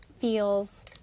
feels